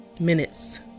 Minutes